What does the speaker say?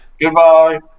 Goodbye